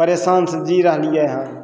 परेशानसँ जी रहलियै हन